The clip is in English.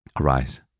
Arise